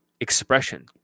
expression